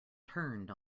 turned